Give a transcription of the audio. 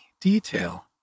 detail